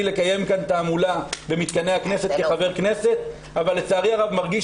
לקיים כאן תעמולה במתקני הכנסת כחבר כנסת אבל לצערי הרב מרגיש